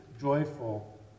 joyful